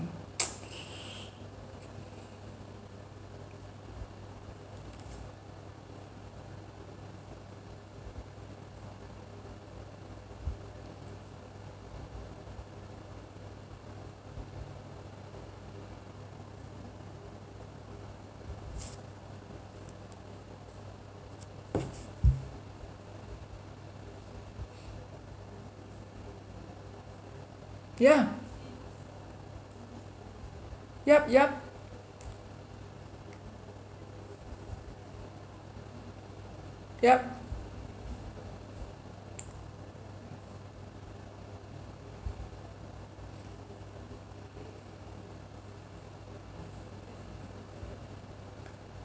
yeah yup yup yup